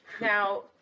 Now